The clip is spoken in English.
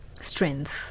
strength